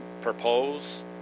propose